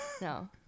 No